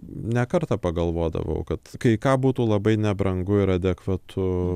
ne kartą pagalvodavau kad kai ką būtų labai nebrangu ir adekvatu